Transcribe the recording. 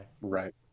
right